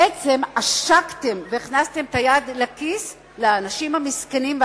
בעצם, עשקתם והכנסתם את היד לכיס לאנשים המסכנים.